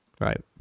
right